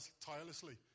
tirelessly